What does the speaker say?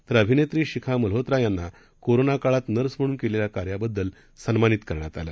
तर अभिनेत्री शिखा मल्होत्रा यांना कोरोना काळात नर्स म्हणून केलेल्या कार्याबद्दल सन्मानित करण्यात आलं